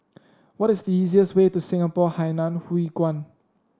what is the easiest way to Singapore Hainan Hwee Kuan